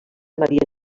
maria